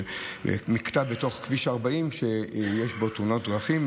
על מקטע בתוך כביש 40 שיש בו תאונות דרכים.